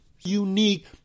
unique